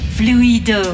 fluido